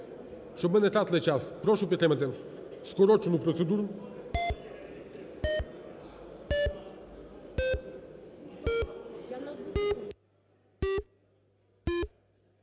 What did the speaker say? Щоб ми не тратили час, прошу підтримати скорочену процедуру.